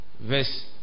Verse